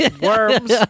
worms